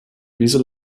wieso